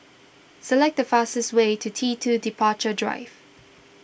select the fastest way to T two Departure Drive